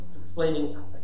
explaining